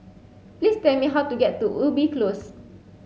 please tell me how to get to Ubi Close